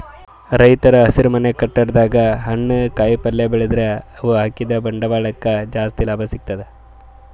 ರೈತರ್ ಹಸಿರುಮನೆ ಕಟ್ಟಡದಾಗ್ ಹಣ್ಣ್ ಕಾಯಿಪಲ್ಯ ಬೆಳದ್ರ್ ಅವ್ರ ಹಾಕಿದ್ದ ಬಂಡವಾಳಕ್ಕ್ ಜಾಸ್ತಿ ಲಾಭ ಸಿಗ್ತದ್